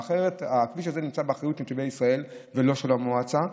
הכביש הזה נמצא באחריות נתיבי ישראל ולא של המועצה,